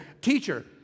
teacher